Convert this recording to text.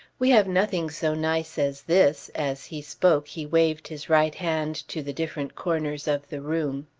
we have nothing so nice as this as he spoke he waved his right hand to the different corners of the room.